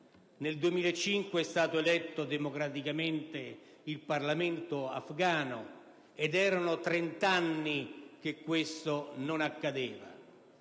Nel 2005 è stato eletto democraticamente il Parlamento afgano: erano 30 anni che questo non accadeva.